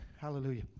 Hallelujah